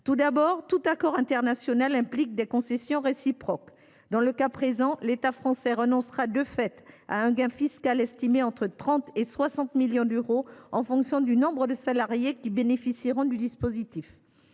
Tout d’abord, tout accord international implique des concessions réciproques. « Dans le cas présent, l’État français renoncera de fait à un gain fiscal estimé entre 30 millions et 60 millions d’euros en fonction du nombre de salariés qui bénéficieront du dispositif.